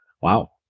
Wow